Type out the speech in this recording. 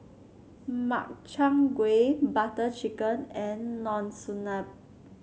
Makchang Gui Butter Chicken and Monsunabe